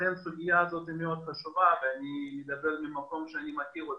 לכן הסוגיה הזו היא מאוד חשובה ואני מדבר ממקום שאני מכיר אותה.